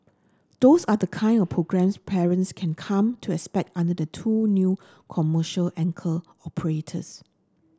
those are the kind of programmes parents can come to expect under the two new commercial anchor operators